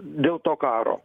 dėl to karo